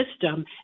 system